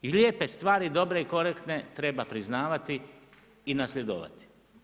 I lijepe stvari i dobre i korektne treba priznavati i nasljedovati.